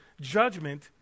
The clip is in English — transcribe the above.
judgment